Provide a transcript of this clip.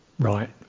right